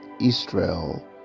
Israel